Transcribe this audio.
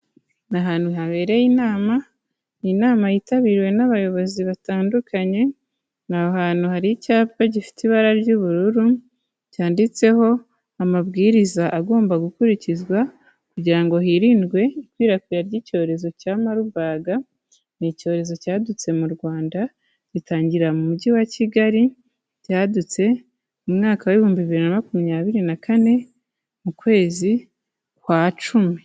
Ni ahantu habereye inama, ni inama yitabiriwe n'abayobozi batandukanye, ni ahantu hari icyapa gifite ibara ry'ubururu, cyanditseho amabwiriza agomba gukurikizwa kugira ngo hirindwe ikwirakwira ry'icyorezo cya Marbug, ni icyorezo cyadutse mu Rwanda, gitangirira mu Mujyi wa Kigali, cyadutse mu mwaka w'ibihumbi biri na makumyabiri na kane, mu kwezi kwa cumi.